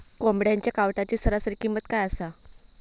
कोंबड्यांच्या कावटाची सरासरी किंमत काय असा?